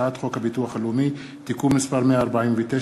הצעת חוק הביטוח הלאומי (תיקון מס' 149),